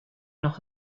noch